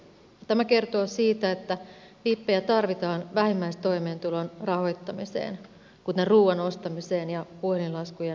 tämä kertoo siitä että vippejä tarvitaan vähimmäistoimeentulon rahoittamiseen kuten ruuan ostamiseen ja puhelinlaskujen maksamiseen